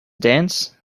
dance